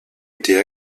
été